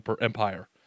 empire